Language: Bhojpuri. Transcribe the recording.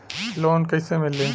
लोन कईसे मिली?